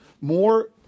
more